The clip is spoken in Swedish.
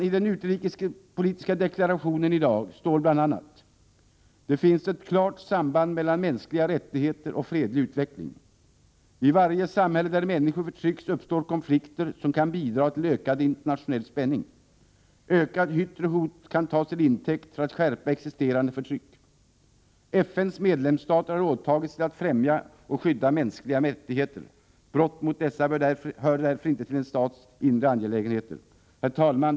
I den utrikespolitiska deklarationen i dag sägs det bl.a.: ”Det finns ett klart samband mellan mänskliga rättigheter och fredlig utveckling. I varje samhälle där människor förtrycks uppstår konflikter som kan bidra till ökad internationell spänning. Ökat yttre hot kan tas till intäkt för att skärpa existerande förtryck. FN:s medlemsstater har åtagit sig att främja och skydda mänskliga rättigheter. Brott mot dessa hör därför inte till en stats inre angelägenheter.” Herr talman!